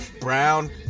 brown